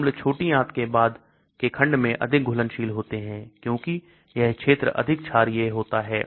अम्ल छोटी आंत के बाद के खंड में अधिक घुलनशील होते हैं क्योंकि यह क्षेत्र अधिक क्षारीय होता है